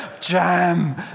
Jam